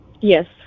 Yes